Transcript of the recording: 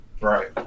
Right